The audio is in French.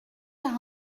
d’un